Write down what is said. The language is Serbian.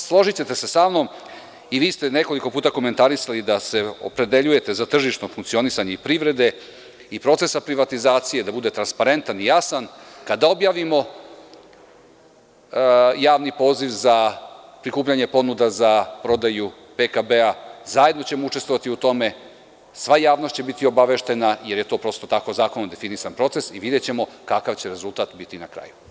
Složićete se samnom i vi ste nekoliko puta komentarisali da se opredeljujete za tržišno funkcionisane i privrede i procesa privatizacije, da bude transparentan i jasan, kada objavimo javni poziv za prikupljanje ponuda za prodaju PKB-a zajedno ćemo učestvovati u tome, sva javnost će biti obaveštena, jer je to prosto tako zakonom definisan proces i videćemo kakav će rezultat biti na kraju.